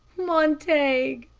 montague!